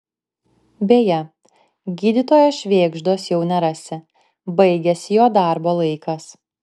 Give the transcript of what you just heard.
beje gydytojo švėgždos jau nerasi baigėsi jo darbo laikas